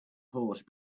horse